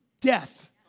death